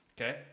Okay